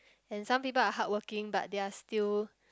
and some people are hardworking but they're still